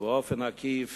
ובאופן עקיף